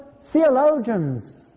theologians